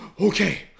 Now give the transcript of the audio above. Okay